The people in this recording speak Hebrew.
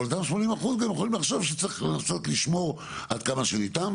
אבל גם 80% יכולים לחשוב שצריך לנסות לשמור עד כמה שניתן.